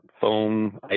phone